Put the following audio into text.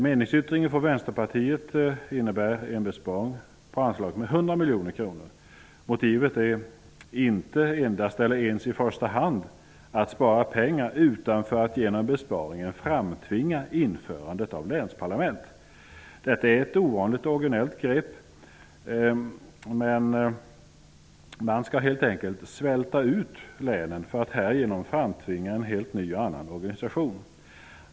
Meningsyttringen från Vänsterpartiet innebär en besparing på anslagen med 100 miljoner kronor. Motivet är inte endast eller ens i första hand att spara pengar, utan att genom besparingen framtvinga införande av länsplarlament. Detta är ett ovanligt och orginellt grepp. Man skall helt enkelt svälta ut länen för att härigenom framtvinga en helt ny organisation.